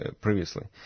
previously